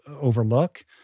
overlook